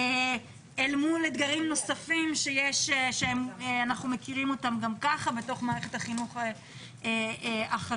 אל מול אתגרים נוספים שאנחנו מכירים בתוך מערכת החינוך החרדית,